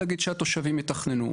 להגיד שהתושבים יתכננו.